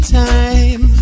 time